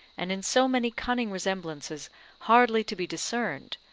and in so many cunning resemblances hardly to be discerned,